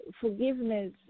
forgiveness